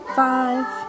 five